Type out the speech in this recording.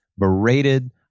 berated